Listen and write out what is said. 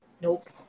Nope